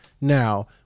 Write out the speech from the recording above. Now